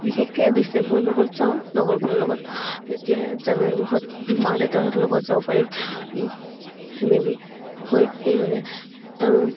বিশেষকৈ ডিচেম্বৰ মাহত যাওঁ লগৰবোৰৰ লগত তেতিয়াহে জানুৱাৰী মাহত মা দেউতাহঁতৰ লগত যাব পাৰিম ফেমেলি হৈ সেইবাবে আৰু